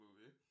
movie